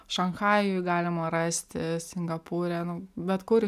šanchajuj galima rasti singapūre nu bet kur